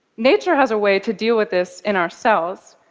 nature has a way to deal with this in our cells.